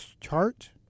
chart